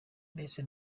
mbese